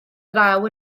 draw